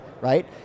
right